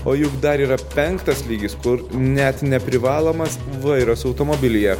o juk dar yra penktas lygis kur net neprivalomas vairas automobilyje